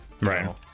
Right